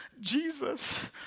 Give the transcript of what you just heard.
Jesus